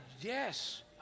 Yes